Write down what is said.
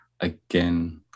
again